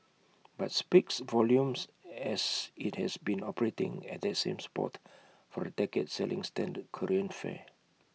but speaks volumes as IT has been operating at that same spot for A decade selling standard Korean fare